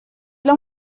los